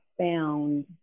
found